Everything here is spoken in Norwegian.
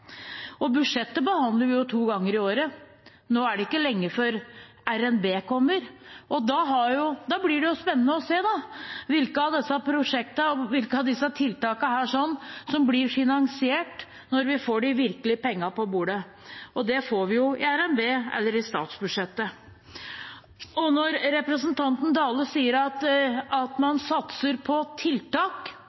og budsjettet behandler vi to ganger i året. Nå er det ikke lenge til revidert nasjonalbudsjett kommer, og da blir det spennende å se hvilke av disse tiltakene som blir finansiert når vi får de virkelige pengene på bordet. Det får vi i revidert nasjonalbudsjett eller i statsbudsjettet. Når representanten Jon Georg Dale sier at man satser på tiltak